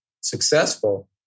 successful